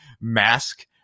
mask